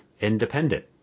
independent